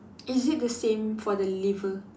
is it the same for the liver